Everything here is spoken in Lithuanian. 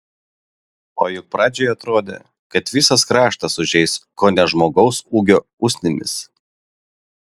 o juk pradžioje atrodė kad visas kraštas užeis kone žmogaus ūgio usnimis